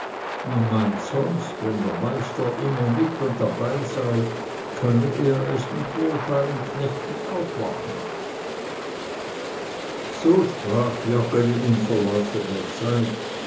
man meint sonst wenn der meister immer mit und dabei sei könne er es mit wohlfeilen knechten auch machen so sprach joggeli im verlauf der zeit